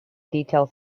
details